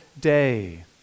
day